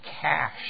Cash